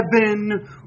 Heaven